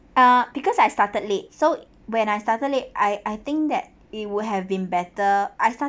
ah because I started late so when I started late I I think that it would have been better I started